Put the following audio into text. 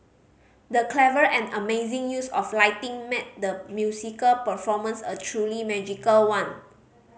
the clever and amazing use of lighting made the musical performance a truly magical one